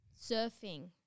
surfing